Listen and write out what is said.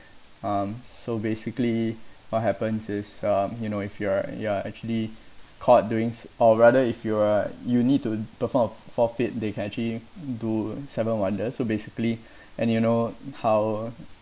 um so basically what happens is um you know if you're you are actually caught doing or rather if you are you need to perform a forfeit they can actually do seven wonders so basically and you know how